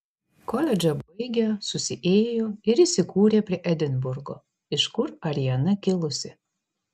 koledžą baigę susiėjo ir įsikūrė prie edinburgo iš kur ariana kilusi